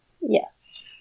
Yes